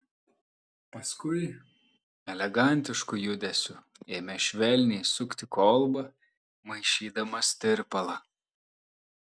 paskui elegantišku judesiu ėmė švelniai sukti kolbą maišydamas tirpalą